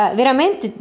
veramente